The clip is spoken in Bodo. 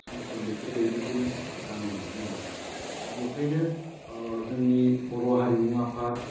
सम सम बिफोरबादिखोनो जानाय नुनो मोनो दा बेखायनो ओ जोंनि बर' हारिमु आफाद